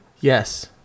Yes